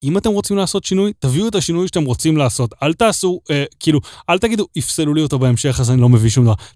אם אתם רוצים לעשות שינוי, תביאו את השינוי שאתם רוצים לעשות. אל תעשו, כאילו, אל תגידו, יפסלו לי אותו בהמשך אז אני לא מביא שום דבר.